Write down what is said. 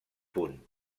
punt